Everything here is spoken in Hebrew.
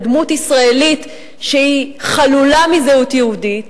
דמות ישראלית שהיא חלולה מזהות יהודית,